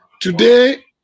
today